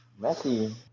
Messi